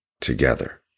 together